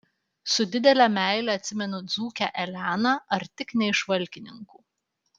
su didele meile atsimenu dzūkę eleną ar tik ne iš valkininkų